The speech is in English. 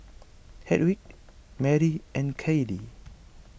Hedwig Marry and Kailee